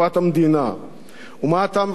ומה אתה מבקש, אדוני ראש הממשלה?